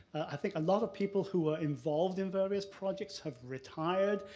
i think a lot of people who were involved in various project have retired.